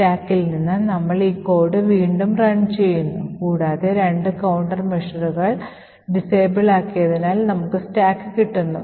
സ്റ്റാക്കിൽ നിന്ന് നമ്മൾ ഈ കോഡ് വീണ്ടും റൺ ചെയ്യുന്നു കൂടാതെ രണ്ട് കൌണ്ടർമെഷറുകൾ അപ്രാപ്തമാക്കിയതിനാൽ നമുക്ക് സ്റ്റാക്ക് കിട്ടുന്നു